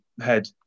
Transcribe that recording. head